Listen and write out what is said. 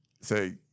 say